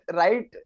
right